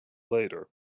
later